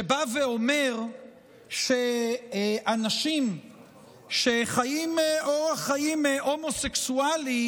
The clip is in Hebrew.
שבא ואומר שאנשים שחיים אורח חיים הומוסקסואלי